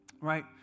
right